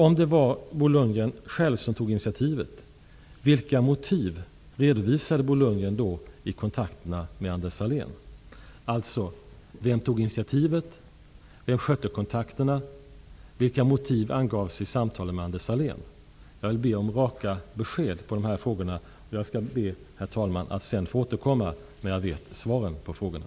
Om Bo Lundgren själv tog initiativet, vilka motiv redovisade Bo Lundgren i kontakterna med Anders Sahlén? Vem tog initiativet? Vem skötte kontakterna? Vilka motiv angavs i samtalen med Anders Sahlén? Jag vill be om raka besked i frågorna, och jag skall be, herr talman, att få återkomma när jag vet svaren på frågorna.